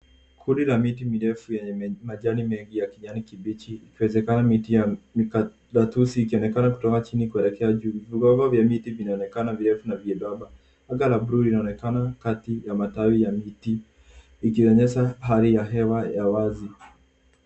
Kundi la miti mirefu yenye majani mengi ya kijani kibichi ikiwezekana miti ya migatuzi ikionekana kutoka chini kuelekea juu. Vigogo vya miti vinaonekana virefu na vyembamba. Anga la buluu linaonekana kati ya matawi ya miti vikionyesha hali ya hewa ya wazi.